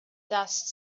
dust